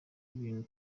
ibintu